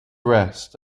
rest